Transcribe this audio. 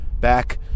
back